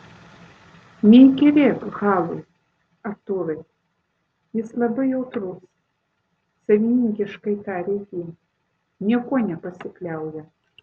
neįkyrėk halui artūrai jis labai jautrus savininkiškai tarė ji niekuo nepasikliauja